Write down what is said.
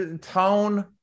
tone